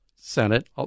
Senate